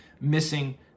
missing